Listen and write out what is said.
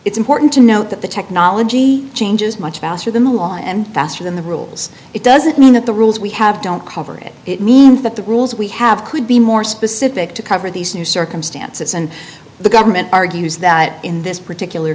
it's important to note that the technology changes much faster than the law and faster than the rules it doesn't mean that the rules we have don't cover it it means that the rules we have could be more specific to cover these new circumstances and the government argues that in this particular